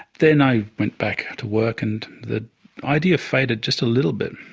then i went back to work and the idea faded just a little bit.